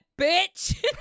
bitch